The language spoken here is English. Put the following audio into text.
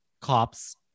Cops